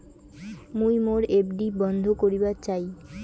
মুই মোর এফ.ডি বন্ধ করিবার চাই